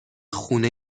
خونه